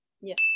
yes